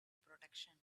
protection